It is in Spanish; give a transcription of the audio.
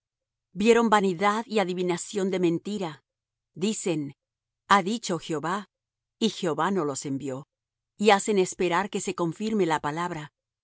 vieron vanidad y adivinación de mentira dicen ha dicho jehová y jehová no los envió y hacen esperar que se confirme la palabra